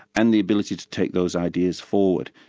and the ability to take those ideas forward.